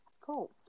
Cool